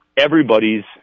everybody's